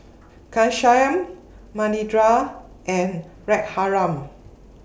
Ghanshyam Manindra and Raghuram